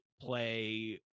play